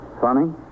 Funny